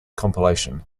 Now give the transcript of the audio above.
compilation